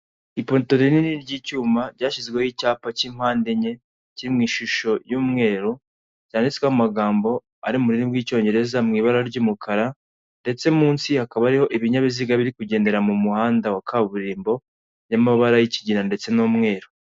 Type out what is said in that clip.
Ipoto rinini ry'icyuma ryashyizweho icyapa cy'impande enye, kiri mu ishusho y'umweru, cyanditsweho mu magambo ari mu rurimi rw'icyongereza mu ibara ry'umukara ndetse munsi hakaba hariho ibinyabiziga biri kugendera mu muhanda wa kaburimbo y'amabara y'ikigirana ndetse n'umweru.